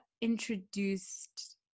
introduced